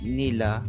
nila